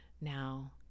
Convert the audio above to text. now